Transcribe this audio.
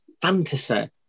fantasy